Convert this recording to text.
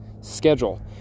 schedule